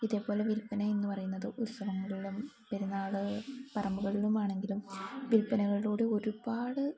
ഇതേപോലെ വിൽപ്പന എന്ന് പറയുന്നത് ഉത്സവങ്ങളിലും പെരുന്നാൾ പറമ്പുകളിലും ആണെങ്കിലും വിൽപ്പനകളിലൂടെ ഒരുപാട്